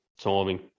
Timing